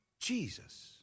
Jesus